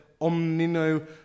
omnino